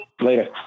Later